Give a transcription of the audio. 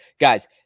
Guys